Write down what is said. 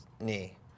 knee